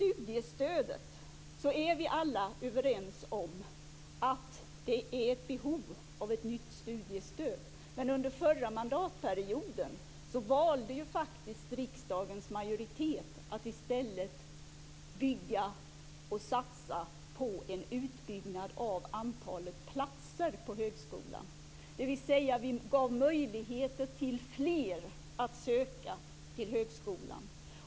Vi är alla överens om att det finns behov av ett nytt studiestöd, men under den förra mandatperioden valde riksdagens majoritet faktiskt i stället att satsa på en utbyggnad av antalet platser på högskolan, dvs. vi gav möjligheter till fler att söka till högskolan.